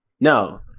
no